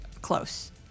close